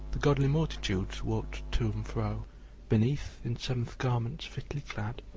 the godly multitudes walked to and fro beneath, in sabbath garments fitly clad,